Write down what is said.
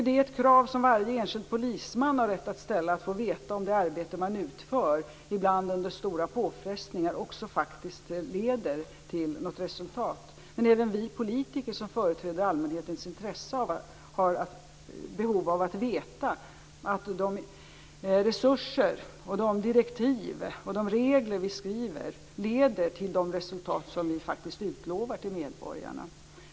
Det är ett krav som varje enskild polisman har rätt att ställa, att få veta om det arbete som man ibland under stora påfrestningar utför också leder till något resultat. Även vi politiker, som företräder allmänhetens intressen, har behov av att veta att de resurser som anslås, de direktiv och regler som skrivs leder till de resultat som vi utlovar till medborgarna.